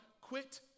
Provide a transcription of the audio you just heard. quit